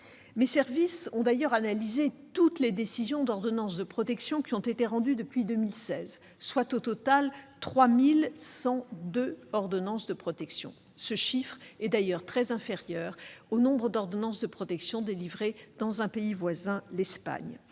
Mes services ont d'ailleurs analysé toutes les décisions d'ordonnance de protection qui ont été rendues depuis 2016, soit au total 3 102. Ce chiffre est d'ailleurs très inférieur au nombre d'ordonnances de protection délivrées en Espagne.